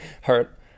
hurt